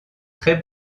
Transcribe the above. très